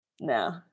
No